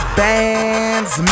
bands